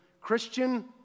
Christian